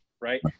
right